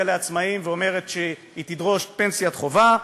לעצמאים ואומרת שהיא תדרוש פנסיית חובה,